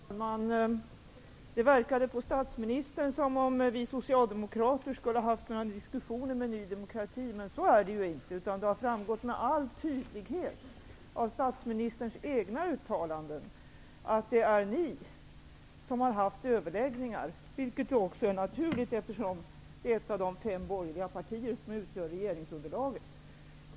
Fru talman! Det verkade på statsministern som om vi socialdemokrater skulle haft några diskussioner med Ny demokrati. Men så är det ju inte, utan det har med all tydlighet framgått av statsministerns egna uttalanden att det är ni som har haft överläggningar. Det är också naturligt, eftersom Ny demokrati är ett av de fem borgerliga partier som utgör regeringsunderlaget.